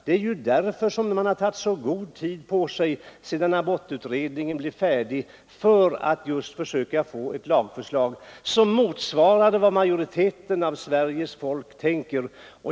Det är därför man har tagit så lång tid på sig sedan abortutredningen blev färdig för att få ett lagförslag som motsvarar vad majoriteten av Sveriges folk tänker.